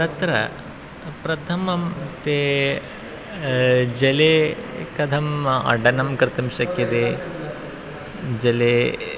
तत्र प्रथमं ते जले कथम् अडनं कर्तुं शक्यते जले